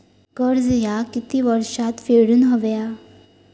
कर्ज ह्या किती वर्षात फेडून हव्या?